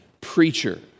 preacher